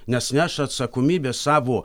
nes neša atsakomybę savo